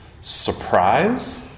surprise